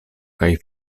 kaj